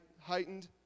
heightened